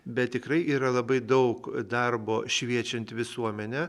bet tikrai yra labai daug darbo šviečiant visuomenę